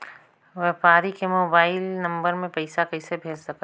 व्यापारी के mobile number मे पईसा कइसे भेज सकथव?